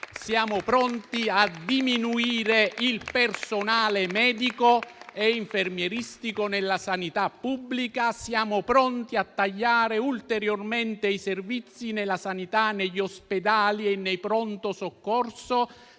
nazionale; a diminuire il personale medico e infermieristico nella sanità pubblica; a tagliare ulteriormente i servizi nella sanità, negli ospedali e nei pronto soccorso;